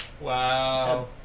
Wow